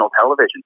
television